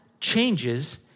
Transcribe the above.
changes